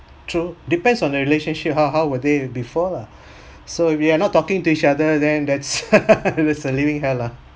true depends on your relationship how how were they before lah so we are not talking to each other then that's that's a living hell lah